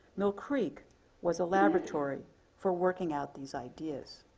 mill creek was a laboratory for working out these ideas.